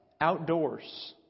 outdoors